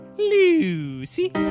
Lucy